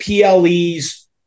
PLEs